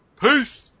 Peace